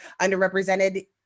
underrepresented